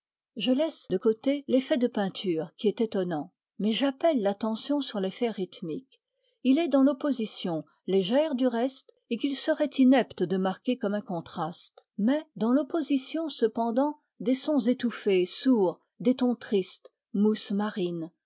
je laisse de côté l'effet de peinture qui est étonnant mais j'appelle l'attention sur l'effet rythmique il est dans l'opposition légère du reste et qu'il serait inepte de marquer comme un contraste mais dans l'opposition cependant des sons étouffés sourds des tons tristes mousses